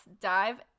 dive